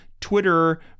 Twitter